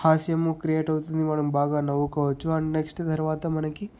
హాస్యం క్రియేట్ అవుతుంది మనం బాగా నవ్వుకోవచ్చు అండ్ నెక్స్ట్ తరువాత మనకి